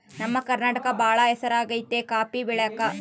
ನಮ್ಮ ಕರ್ನಾಟಕ ಬಾಳ ಹೆಸರಾಗೆತೆ ಕಾಪಿ ಬೆಳೆಕ